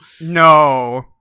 No